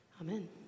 Amen